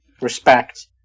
respect